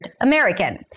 American